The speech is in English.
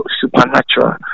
supernatural